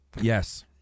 Yes